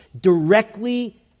directly